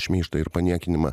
šmeižtą ir paniekinimą